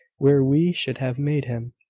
where we should have made him.